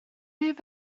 beth